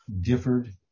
Differed